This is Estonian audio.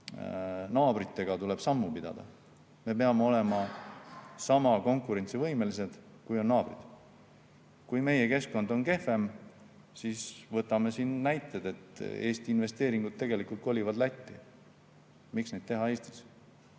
naabritega tuleb sammu pidada. Me peame olema sama konkurentsivõimelised kui naabrid. Kui meie keskkond on kehvem, siis näiteks Eesti investeeringud kolivad Lätti. Miks neid teha Eestis,